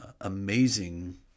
amazing